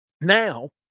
now